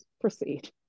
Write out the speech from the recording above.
Proceed